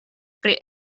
pri